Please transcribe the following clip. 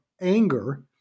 anger